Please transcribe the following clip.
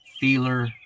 feeler